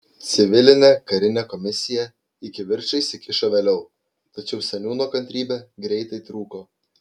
civilinė karinė komisija į kivirčą įsikišo vėliau tačiau seniūno kantrybė greitai trūko